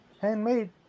Handmade